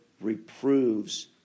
reproves